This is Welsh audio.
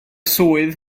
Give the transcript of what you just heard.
swydd